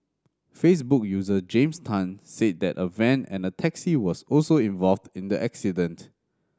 Facebook user James Tan said that a van and a taxi was also involved in the accident